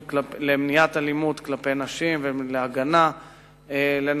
למניעת אלימות כלפי נשים ולהגנה על נשים,